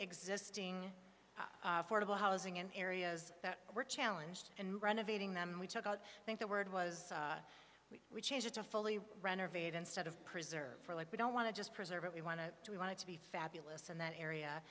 existing affordable housing in areas that were challenged and renovating them we took out i think the word was we would change it to fully renovate instead of preserve for like we don't want to just preserve it we want to do we want to be fabulous in that area